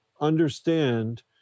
understand